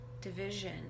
division